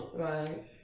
Right